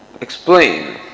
explain